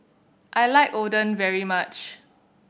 I like Oden very much